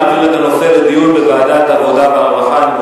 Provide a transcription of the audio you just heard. להעביר את הנושא לדיון בוועדת העבודה והרווחה.